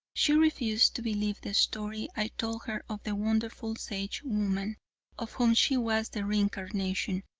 she refused to believe the story i told her of the wonderful sagewoman of whom she was the re-incarnation,